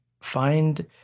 find